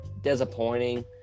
disappointing